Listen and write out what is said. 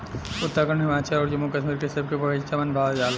उत्तराखंड, हिमाचल अउर जम्मू कश्मीर के सेब के बगाइचा मन भा जाला